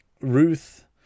Ruth